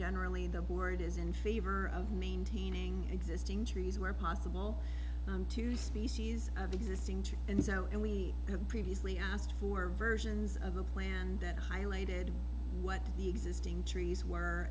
generally the word is in favor of maintaining existing trees where possible on two species of existing tree and so and we have previously asked for versions of a plan that highlighted what the existing trees were